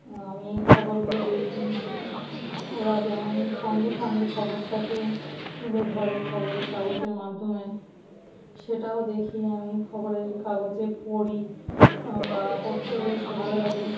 আমি এই খবরগুলো দেখি ওরা যেমন সঙ্গে সঙ্গে খবরটাকে তুলে ধরে খবরের কাগজের মাধ্যমে সেটাও দেখি আমি খবরের কাগজে পড়ি বা পড়তেও বেশ ভালো লাগে